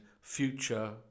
future